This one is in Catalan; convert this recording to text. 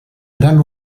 gran